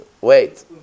wait